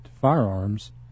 firearms